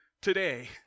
today